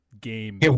game